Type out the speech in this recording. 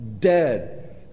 dead